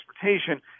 transportation